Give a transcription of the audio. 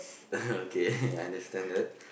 okay understand it